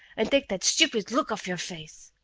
and take that stupid look off your face.